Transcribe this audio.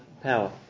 power